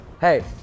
Hey